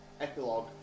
epilogue